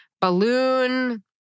balloon